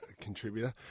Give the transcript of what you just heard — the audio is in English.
Contributor